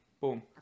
Boom